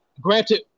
granted